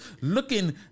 looking